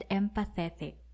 empathetic